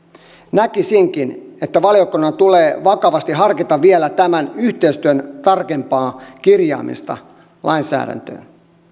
näkisinkin että valiokunnan tulee vakavasti harkita vielä tämän yhteistyön tarkempaa kirjaamista lainsäädäntöön